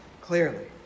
clearly